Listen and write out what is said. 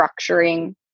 structuring